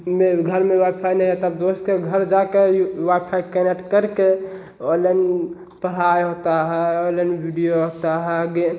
मेरे घर में वाई फाई नहीं है तब दोस्त के घर जाकर वाई फाई कनेक्ट करके ऑनलाइन पढ़ाई होता है ऑनलाइन वीडियो होता है